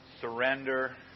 surrender